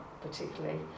particularly